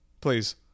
please